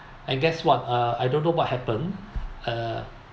and guess what uh I don't know what happen uh